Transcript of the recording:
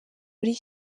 muri